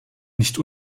nicht